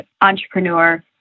entrepreneur